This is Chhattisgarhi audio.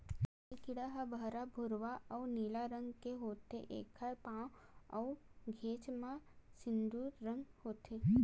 लाल कीरा ह बहरा भूरवा अउ नीला रंग के होथे, एखर पांव अउ घेंच म सिंदूर रंग होथे